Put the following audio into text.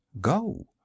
go